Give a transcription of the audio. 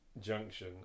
junction